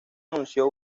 anunció